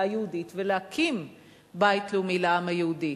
יהודית ולהקים בית לאומי לעם היהודי.